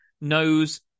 knows